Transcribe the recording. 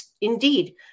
Indeed